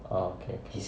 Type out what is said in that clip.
oh okay can